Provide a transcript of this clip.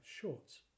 shorts